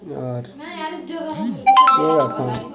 आं केह् आखा